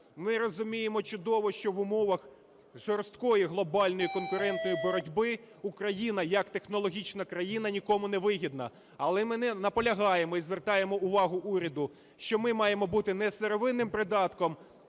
Ми розуміємо чудово, що в умовах жорсткої глобальної конкурентної боротьби Україна як технологічна країна нікому не вигідна. Але ми наполягаємо і звертаємо увагу уряду, що ми маємо бути не сировинним придатком